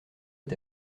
est